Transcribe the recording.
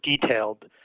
detailed